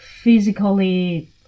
physically